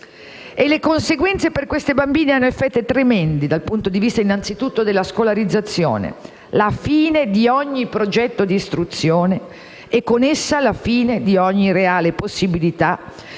Le conseguenze per queste bambine sono tremende dal punto di vista innanzitutto della scolarizzazione, con la fine di ogni progetto di istruzione e con essa di ogni reale possibilità